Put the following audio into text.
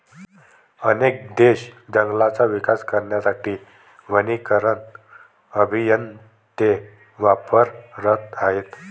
अनेक देश जंगलांचा विकास करण्यासाठी वनीकरण अभियंते वापरत आहेत